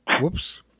Whoops